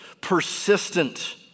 persistent